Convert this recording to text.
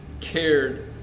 cared